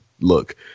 Look